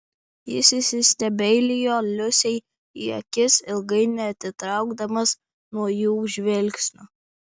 jis įsistebeilijo liusei į akis ilgai neatitraukdamas nuo jų žvilgsnio